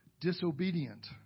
disobedient